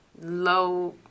low